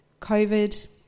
COVID